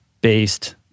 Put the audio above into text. based